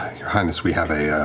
your highness, we have a.